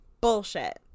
Bullshit